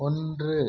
ஒன்று